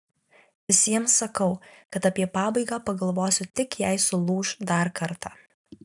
visiems sakau kad apie pabaigą pagalvosiu tik jei sulūš dar kartą